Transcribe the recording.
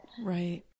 Right